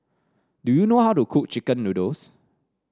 do you know how to cook chicken noodles